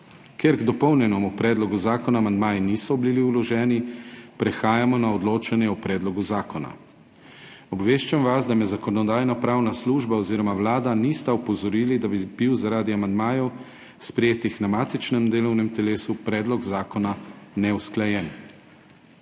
Ker k dopolnjenemu predlogu zakona amandmaji niso bili vloženi, prehajamo na odločanje o predlogu zakona. Obveščam vas, da me Zakonodajno-pravna služba oziroma Vlada nista opozorili, da bi bil zaradi amandmajev, sprejetih na matičnem delovnem telesu, predlog zakona neusklajen.